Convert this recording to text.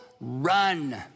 run